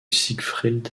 siegfried